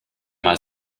mal